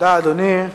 התש"ע 2010,